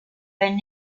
been